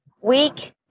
week